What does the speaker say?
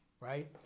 right